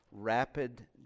rapid